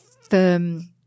firm